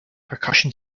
percussion